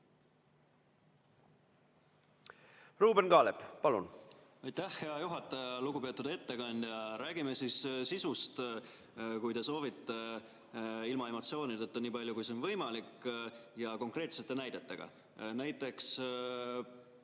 Ruuben Kaalep, palun!